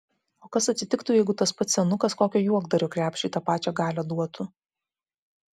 o kas atsitiktų jeigu tas pats senukas kokio juokdario krepšiui tą pačią galią duotų